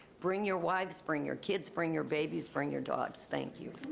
bring your wives, bring your kids, bring your babies, bring your dogs. thank you.